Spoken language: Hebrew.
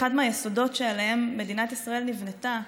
אחד מהיסודות שעליהם מדינת ישראל נבנתה: